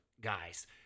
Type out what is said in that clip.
guys